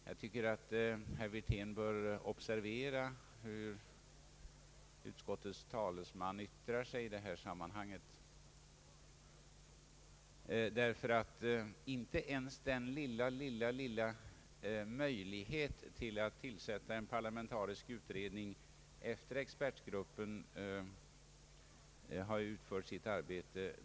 Jag tycker att herr Wirtén bör observera hur utskottets talesman yttrar sig i detta sammanhang, ty herr Mårtensson berörde inte ens den lilla, lilla möjligheten att tillsätta en parlamentarisk utredning efter det att expertgruppen har utfört sitt arbete.